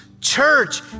Church